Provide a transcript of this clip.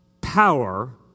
power